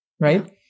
right